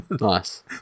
nice